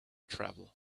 travel